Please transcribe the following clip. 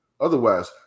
Otherwise